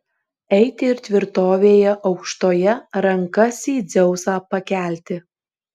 eiti ir tvirtovėje aukštoje rankas į dzeusą pakelti